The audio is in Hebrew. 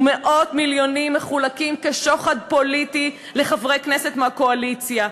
ומאות מיליונים מחולקים כשוחד פוליטי לחברי כנסת מהקואליציה.